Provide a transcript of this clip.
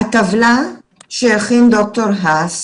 הטבלה שהכין ד"ר האס